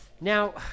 Now